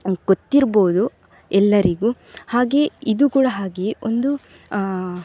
ಗೊತ್ತಿರ್ಬೋದು ಎಲ್ಲರಿಗೂ ಹಾಗೆಯೇ ಇದು ಕೂಡ ಹಾಗೆಯೇ ಒಂದು